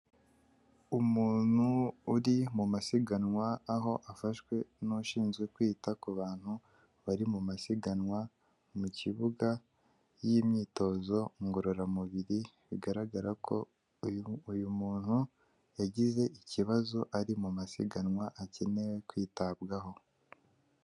Umuntu uri mu masiganwa aho afashwe n'ushinzwe kwita ku bantu bari mu masiganwa mu kibuga y'imyitozo ngororamubiri bigaragara ko uyu muntu yagize ikibazo ari mu masiganwa akeneye kwitabwaho.